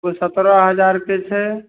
ओ सतरह हजारके छै